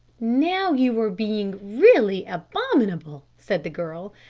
now you are being really abominable, said the girl,